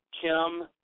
Kim